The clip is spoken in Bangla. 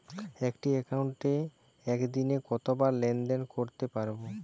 একটি একাউন্টে একদিনে কতবার লেনদেন করতে পারব?